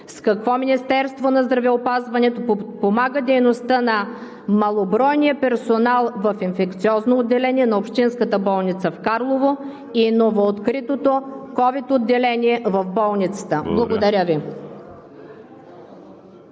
С какво Министерството на здравеопазването помага дейността на малобройния персонал в инфекциозното отделение на общинската болница в Карлово и новооткритото ковид отделение в болницата. Благодаря Ви.